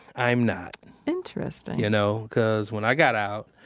i'm not interesting y'know, cause when i got out,